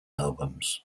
albums